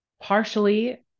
partially